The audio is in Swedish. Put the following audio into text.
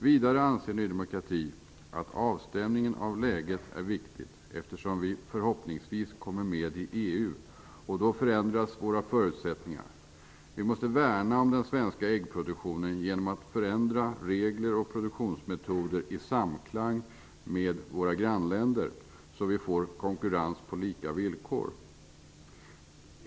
Vidare anser Ny demokrati att avstämningen av läget är viktig, eftersom vi förhoppningsvis kommer med i EU, och då förändras våra förutsättningar. Vi måste värna om den svenska äggproduktionen genom att förändra regler och produktionsmetoder i samklang med våra grannländer, så att vi får konkurrens på lika villkor.